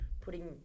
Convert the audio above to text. putting